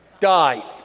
die